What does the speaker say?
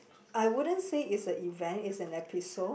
I wouldn't say it's a event it's an episode